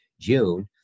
June